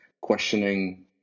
questioning